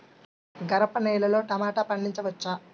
గరపనేలలో టమాటా పండించవచ్చా?